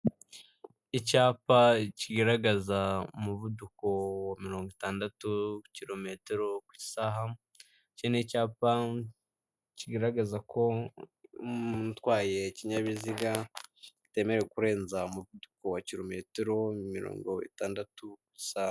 Icyapa kigaragaza umuvuduko wa mirongo itandatu kirometero ku isaha, iki ni icyapa kigaragaza ko utwaye ikinyabiziga atemerewe kurenza umuvugoko wa kirometero mirongo itandatu gusa.